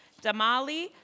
Damali